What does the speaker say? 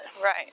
Right